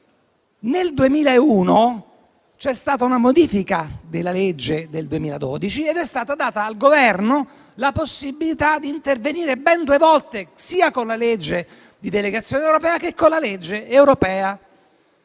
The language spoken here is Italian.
Nel 2001 c'è stata una modifica della legge del 2012 ed è stata data al Governo la possibilità di intervenire ben due volte, sia con la legge di delegazione europea, sia con la legge europea.